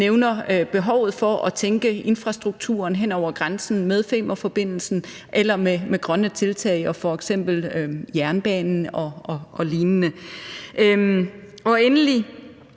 nævner behovet for at tænke infrastrukturen hen over grænsen med Femernforbindelsen eller med grønne tiltag og f.eks. jernbanen og lignende. Endelig